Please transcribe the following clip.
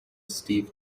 steve